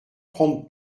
prendre